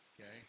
okay